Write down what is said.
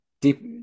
deep